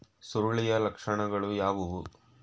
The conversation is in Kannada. ಸುರುಳಿಯ ಲಕ್ಷಣಗಳು ಯಾವುವು?